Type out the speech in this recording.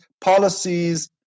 policies